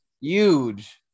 huge